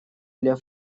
для